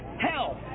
hell